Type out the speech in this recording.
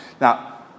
Now